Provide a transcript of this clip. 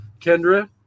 Kendra